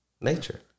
nature